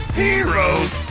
heroes